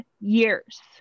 years